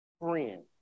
friend